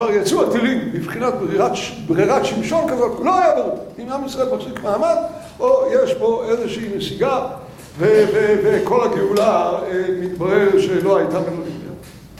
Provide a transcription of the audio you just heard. אמר יצאו הטילים מבחינת ברירת שמשון כזאת, אבל לא היה ברור אם עם ישראל מחזיק מעמד או יש פה איזושהי נסיגה וכל הגאולה מתברר שלא הייתה ולא נבראה.